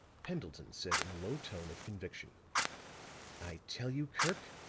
pendleton said in a low tone of conviction i tell you, kirk,